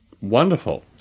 Wonderful